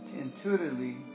intuitively